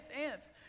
ants